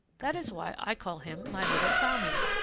that is why i call him my little plowman.